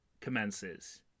commences